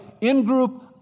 In-group